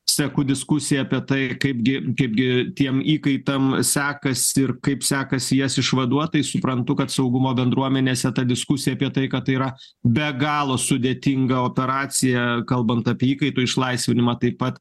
seku diskusiją apie tai kaipgi kaipgi tiem įkaitam sekas ir kaip sekasi jas išvaduot tai suprantu kad saugumo bendruomenėse ta diskusija apie tai kad tai yra be galo sudėtinga operacija kalbant apie įkaitų išlaisvinimą taip pat